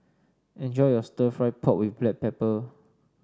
enjoy your stir fry pork with Black Pepper